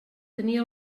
tenia